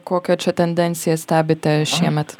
kokią čia tendenciją stebite šiemet